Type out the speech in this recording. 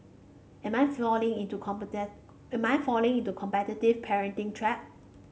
am I falling into am I falling into the competitive parenting trap